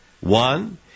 One